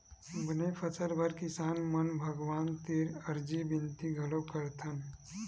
बने फसल बर किसान मन भगवान तीर अरजी बिनती घलोक करथन